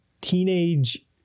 teenage